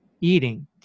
eating